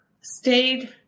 Stayed